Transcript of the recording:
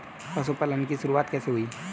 पशुपालन की शुरुआत कैसे हुई?